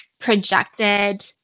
projected